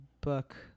book